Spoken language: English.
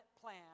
plan